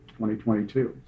2022